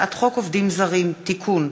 הצעת חוק עובדים זרים (תיקון,